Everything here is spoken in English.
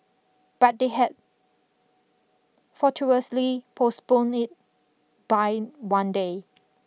but they had fortuitously postponed it by one day